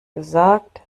gesagt